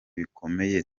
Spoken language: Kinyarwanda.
bikomeye